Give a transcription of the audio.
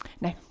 No